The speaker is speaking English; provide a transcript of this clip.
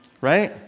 right